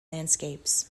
landscapes